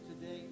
today